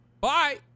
bye